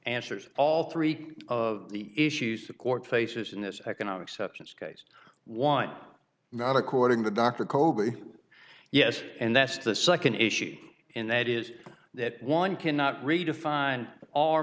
answers all three of the issues the court faces in this economic substance case one not according to dr kobi yes and that's the second issue and that is that one cannot redefine o